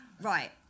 Right